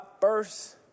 first